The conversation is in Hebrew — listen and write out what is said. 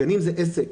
הגנים זה עסק,